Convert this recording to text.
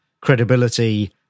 credibility